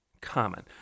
common